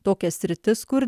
tokias sritis kur